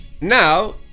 Now